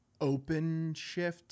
OpenShift